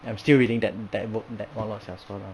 I'm still reading that that book that 网络小说 now